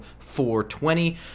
420